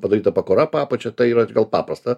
padaryta pakura po apačia tai yra gal paprasta